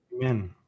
Amen